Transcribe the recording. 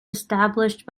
established